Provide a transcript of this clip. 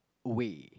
way